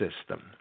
system